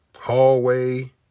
hallway